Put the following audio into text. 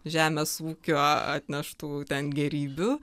žemės ūkio atneštų ten gėrybių